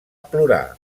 plorar